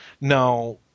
Now